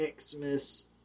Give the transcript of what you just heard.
Xmas